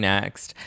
Next